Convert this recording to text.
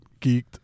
Geeked